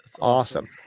Awesome